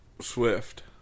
Swift